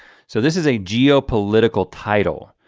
so this is a geopolitical title.